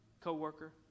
co-worker